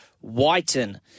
Whiten